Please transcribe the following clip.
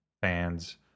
fans